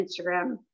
instagram